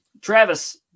Travis